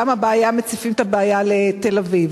למה מציפים את הבעיה לתל-אביב.